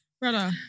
Brother